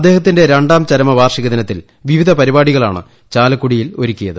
അദ്ദേഹത്തിന്റെ രണ്ടാം ചരമ വാർഷിക ദിനത്തിൽ വിവിധ പരിപാടികളാണ് ചാലക്കുടിയിൽ ഒരുക്കിയത്